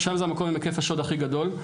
שם זה המקום עם היקף השוד הכי גדול,